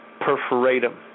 perforatum